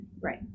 Right